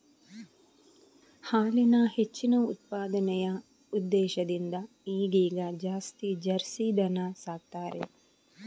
ಹಾಲಿನ ಹೆಚ್ಚಿನ ಉತ್ಪಾದನೆಯ ಉದ್ದೇಶದಿಂದ ಈಗೀಗ ಜಾಸ್ತಿ ಜರ್ಸಿ ದನ ಸಾಕ್ತಾರೆ